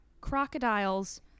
Crocodiles